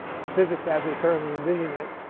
physics as we currently envision it,